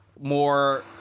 more